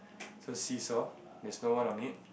so see-saw there's no one on it